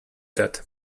that